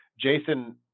jason